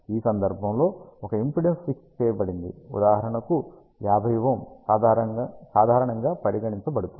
ఈ సందర్భంలో ఒక ఇంపిడెన్స్ ఫిక్స్ చేయబడింది ఉదాహరణకు 50𝛀 సాధారణంగా పరిగనించబడుతుంది